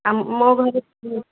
ମୋ ଘରେ